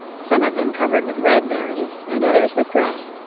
some of them covered with red berries and others with grey.